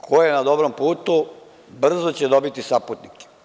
Ko je na dobrom putu, brzo će dobiti saputnike.